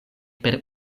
per